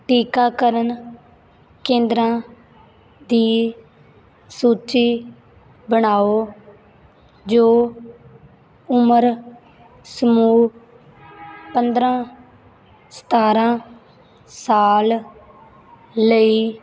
ਟੀਕਾਕਰਨ ਕੇਂਦਰਾਂ ਦੀ ਸੂਚੀ ਬਣਾਓ ਜੋ ਉਮਰ ਸਮੂਹ ਪੰਦਰਾਂ ਸਤਾਰਾਂ ਸਾਲ ਲਈ